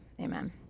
Amen